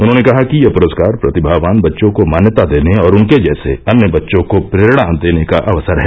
उन्होंने कहा कि ये पुरस्कार प्रतिभावान बच्चों को मान्यता देने और उनके जैसे अन्य बच्चों को प्रेरणा देने का अवसर है